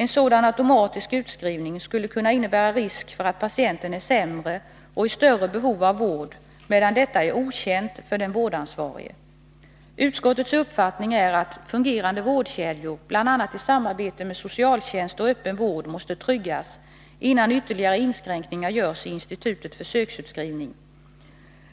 En sådan automatisk utskrivning skulle kunna innebära risk för att patienten är sämre och i större behov av vård, medan detta är okänt för den vårdansvarige. Utskottets uppfattning är att fungerande vårdkedjor bl.a. i samarbete med socialtjänst och öppen vård måste tryggas, innan ytterligare inskränkningar görs i institutet försöksutskrivning,